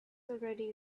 already